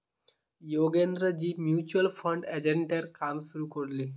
योगेंद्रजी mutual fund एजेंटेर काम शुरू कर ले